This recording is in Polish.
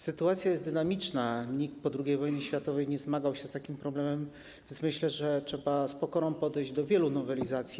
Sytuacja jest dynamiczna, nikt po II wojnie światowej nie zmagał się z takim problemem, więc myślę, że trzeba z pokorą podejść do wielu nowelizacji.